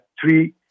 three